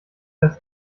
das